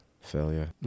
failure